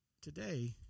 today